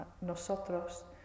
nosotros